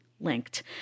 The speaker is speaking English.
linked